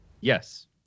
yes